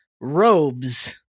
robes